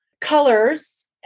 colors